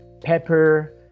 pepper